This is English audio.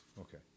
okay